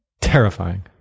Terrifying